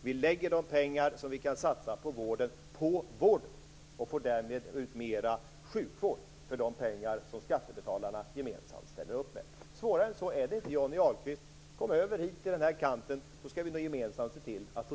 Vi lägger de pengar som vi kan satsa på vården på vården och får därmed ut mer sjukvård för de pengar som skattebetalarna gemensamt ställer upp med. Svårare än så är det inte, Johnny Ahlqvist. Kom över till den här kanten, så skall vi gemensamt se till att få